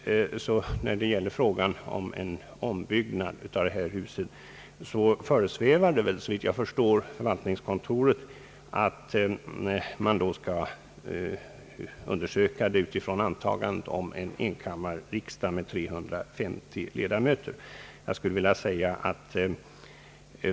När det gäller frågan om en ombyggnad av detta hus föresvävar det såvitt jag förstår förvaltningskontoret att den saken skall undersökas utifrån antagandet om en enkammarriksdag med 350 ledamöter.